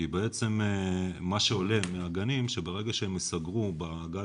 כי בעצם מה שעולה מהגנים שברגע שהם ייסגרו בגלל